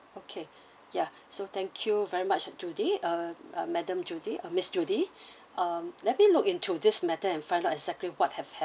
okay ya so thank you very much judy uh uh madam judy uh miss judy um let me look into this matter and find out exactly what have